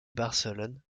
barcelone